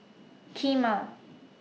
Kheema